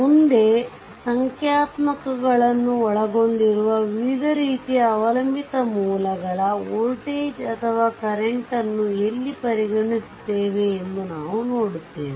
ಮುಂದೆ ಸಂಖ್ಯಾತ್ಮಕಗಳನ್ನು ಒಳಗೊಂಡಿರುವ ವಿವಿಧ ರೀತಿಯ ಅವಲಂಬಿತ ಮೂಲಗಳ ವೋಲ್ಟೇಜ್ ಅಥವಾ ಕರೆಂಟ್ ನ್ನು ಎಲ್ಲಿ ಪರಿಗಣಿಸುತ್ತೇವೆ ಎಂದು ನಾವು ನೋಡುತ್ತೇವೆ